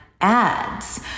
ads